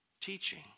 teaching